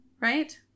right